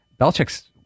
Belichick's